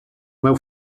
meu